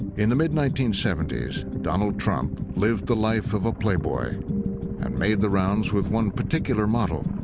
in the mid nineteen seventy s, donald trump lived the life of a playboy and made the rounds with one particular model